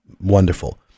wonderful